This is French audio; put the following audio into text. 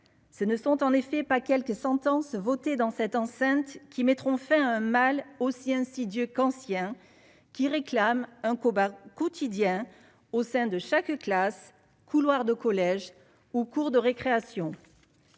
ce ne sont en effet pas quelques sentences votées dans cette enceinte qui mettront fin un mal aussi insidieux qu'ancien qui réclame un combat quotidien au sein de chaque classe couloir de collège au cours de récréation,